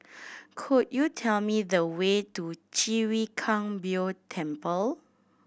could you tell me the way to Chwee Kang Beo Temple